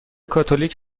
کاتولیک